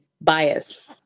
bias